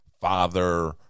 father